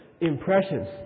impressions